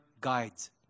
guides